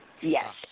Yes